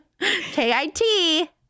K-I-T